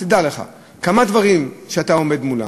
אז תדע לך כמה דברים שאתה עומד מולם: